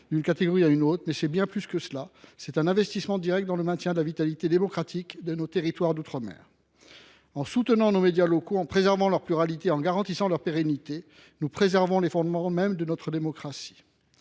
d’une catégorie à une autre, mais c’est bien plus que cela. C’est un investissement direct dans le maintien de la vitalité démocratique de nos territoires d’outre mer. En soutenant nos médias locaux, en préservant leur pluralité et en garantissant leur pérennité, nous préservons les fondements mêmes de notre démocratie.